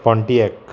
ट्वँटी एक्